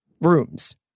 rooms